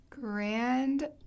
Grand